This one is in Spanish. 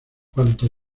cuando